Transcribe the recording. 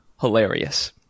hilarious